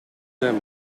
zijn